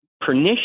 pernicious